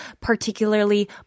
particularly